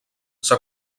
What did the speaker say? s’ha